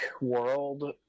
world